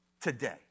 today